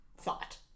thought